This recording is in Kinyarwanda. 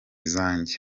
zanjye